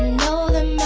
know them